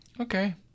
Okay